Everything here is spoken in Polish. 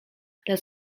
dla